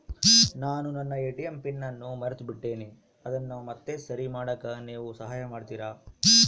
ನಾನು ನನ್ನ ATM PIN ಅನ್ನು ಮರೆತುಬಿಟ್ಟೇನಿ ಅದನ್ನು ಮತ್ತೆ ಸರಿ ಮಾಡಾಕ ನೇವು ಸಹಾಯ ಮಾಡ್ತಿರಾ?